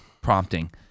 prompting